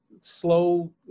Slow